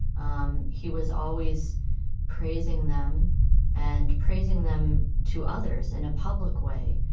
um he was always praising them and praising them to others in a public way.